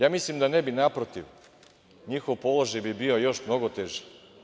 Ja mislim da ne bi, naprotiv, njihov položaj bi bio još mnogo teži.